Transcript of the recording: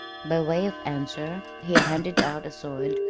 by way of answer he handed out a soiled,